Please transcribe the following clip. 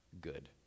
good